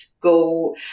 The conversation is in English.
go